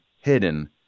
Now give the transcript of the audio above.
hidden